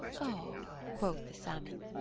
o, quoth the salmon,